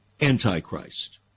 Antichrist